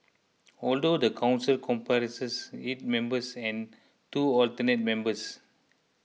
although the council comprises eight members and two alternate members